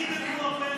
מיליארד,